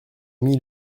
mis